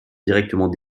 directement